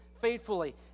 faithfully